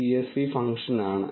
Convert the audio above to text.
csv function ആണ്